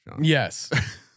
Yes